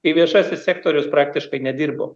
kai viešasis sektorius praktiškai nedirbo